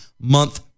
month